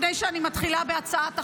לפני שאני מתחילה בהצעת החוק,